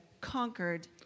conquered